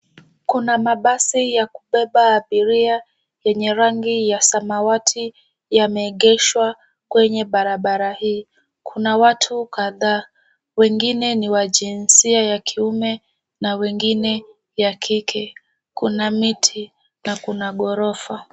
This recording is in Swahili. Kuna mabasi ya kubeba abiria yenye rangi ya samawati yameegeshwa kwenye barabara hii. Kuna watu kadhaa, wengine ni wa jinsia ya kiume na wengine ya kike kuna miti na kuna ghorofa.